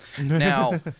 now